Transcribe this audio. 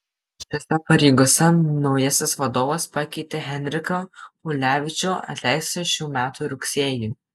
šiose pareigose naujasis vadovas pakeitė henriką ulevičių atleistą šių metų rugsėjį